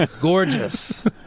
Gorgeous